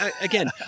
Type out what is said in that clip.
again